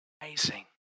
Amazing